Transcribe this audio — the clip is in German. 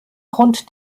grund